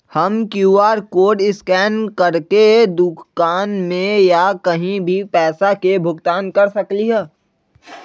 हम QR code scan करके दुकान में या कहीं भी पैसा के भुगतान कर सकली ह?